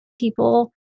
people